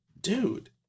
dude